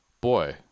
Boy